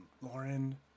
Lauren